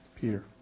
Peter